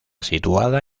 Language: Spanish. situada